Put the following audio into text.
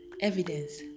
Evidence